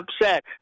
upset